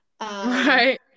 right